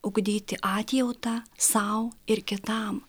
ugdyti atjautą sau ir kitam